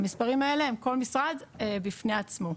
המספרים האלה, הם כל משרד בפני עצמו.